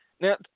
now